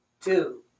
two